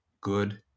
good